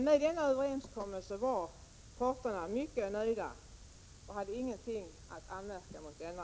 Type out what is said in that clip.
Med denna överenskommelse var parterna mycket nöjda och hade ingenting att anmärka.